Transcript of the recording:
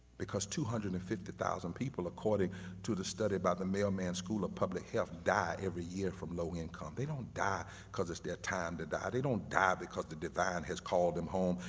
because two hundred and fifty thousand people according to the study by the mailman school of public health die every year from low-income. they don't die because it's their time to die, they don't die because the divine has called them home,